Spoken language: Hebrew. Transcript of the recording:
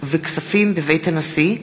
וכספים בבית הנשיא,